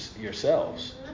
yourselves